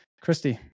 Christy